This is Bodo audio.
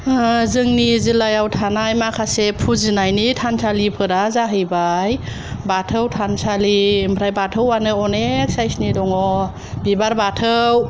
ओ जोंनि जिल्लायाव थानाय माखासे फुजिनायनि थानसालिफोरा जाहैबाय बाथौ थानसालि ओमफ्राइ बाथौआनो अनेख साइसनि दङ बिबार बाथौ